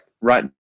right